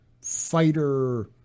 fighter